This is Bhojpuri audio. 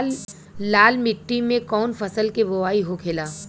लाल मिट्टी में कौन फसल के बोवाई होखेला?